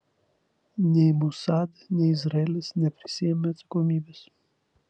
nei mossad nei izraelis neprisiėmė atsakomybės